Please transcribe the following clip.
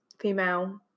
female